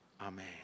Amen